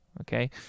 Okay